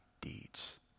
deeds